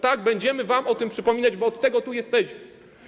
Tak, będziemy wam o tym przypominać, bo od tego tu jesteśmy.